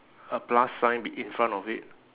a plus sign be~ in front of it